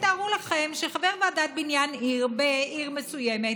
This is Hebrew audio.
תארו לכם שחבר ועדת בניין עיר בעיר מסוימת